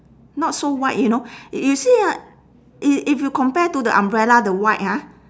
not so white you know you see ah if if you compare to the umbrella the white ah